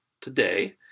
today